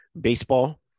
baseball